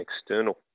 external